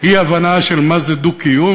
אי-הבנה של מה זה דו-קיום.